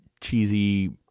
cheesy